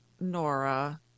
Nora